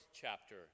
chapter